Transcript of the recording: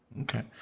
Okay